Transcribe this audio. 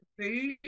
Food